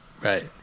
Right